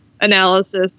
analysis